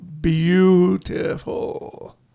beautiful